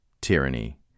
Tyranny